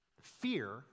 Fear